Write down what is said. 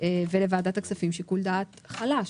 ולוועדת הכספים שיקול דעת חלש.